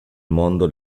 mondo